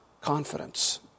confidence